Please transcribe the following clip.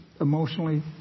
emotionally